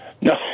No